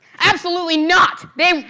absolutely not! they,